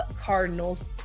Cardinals